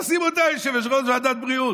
תשים אותה יושבת-ראש ועדת בריאות.